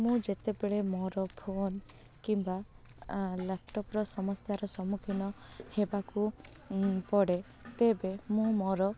ମୁଁ ଯେତେବେଳେ ମୋର ଫୋନ୍ କିମ୍ବା ଲ୍ୟାପଟପ୍ର ସମସ୍ୟାର ସମ୍ମୁଖୀନ ହେବାକୁ ପଡ଼େ ତେବେ ମୁଁ ମୋର